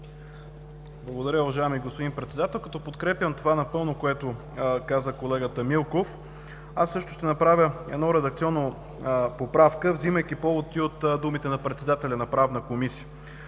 Благодаря. Уважаеми господин Председател, като подкрепям напълно това, което каза колегата Милков, аз също ще направя една редакционна поправка, взимайки повод и от думите на председателя на Правна комисия.